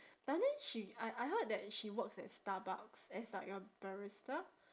but then she I I heard that she works at Starbucks as like a barista